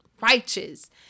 righteous